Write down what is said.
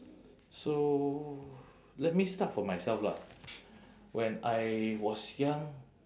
so let me start for myself lah when I was young